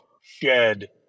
shed